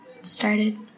started